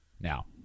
Now